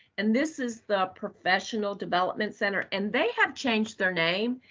and this is the professional development center. and they have changed their name,